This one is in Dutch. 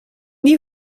die